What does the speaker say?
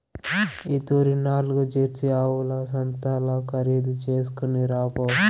ఈ తూరి నాల్గు జెర్సీ ఆవుల సంతల్ల ఖరీదు చేస్కొని రాపో